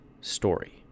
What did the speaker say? story